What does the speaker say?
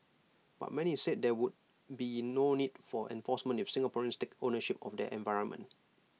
but many said there would be no need for enforcement if Singaporeans take ownership of their environment